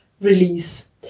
release